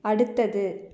அடுத்தது